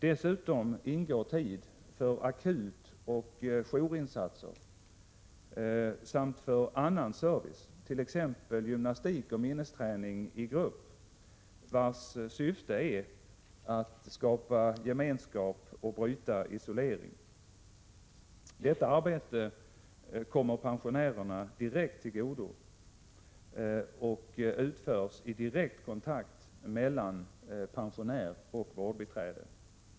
Dessutom ingår tid för akutoch jourinsatser samt för annan service, t.ex. gymnastikoch minnesträning i grupp, vars syfte är att skapa gemenskap och bryta isolering. Detta arbete kommer pensionärerna direkt till godo och utförs i direkt kontakt mellan pensionär och vårdbiträde.